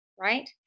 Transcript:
right